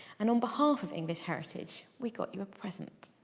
and on behalf of english heritage we got you a present.